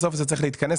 בסוף זה צריך להתכנס,